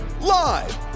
live